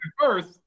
first